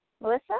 Melissa